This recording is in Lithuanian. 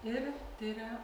ir tiria